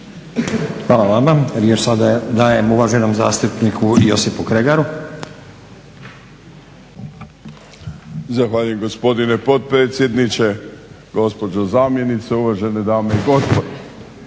Hvala vama. Riječ sada dajem uvaženom zastupniku Josipu Kregaru. **Kregar, Josip (Nezavisni)** Zahvaljujem gospodine potpredsjedniče, gospođo zamjenice, uvažene dame i gospodo.